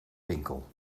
winkel